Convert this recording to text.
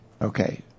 Okay